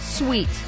sweet